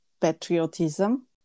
patriotism